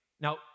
Now